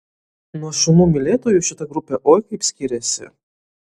nuo šunų mylėtojų šita grupė oi kaip skiriasi